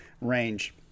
range